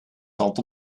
tand